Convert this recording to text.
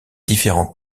différents